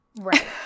right